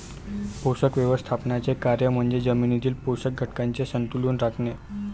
पोषक व्यवस्थापनाचे कार्य म्हणजे जमिनीतील पोषक घटकांचे संतुलन राखणे